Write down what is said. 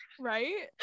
Right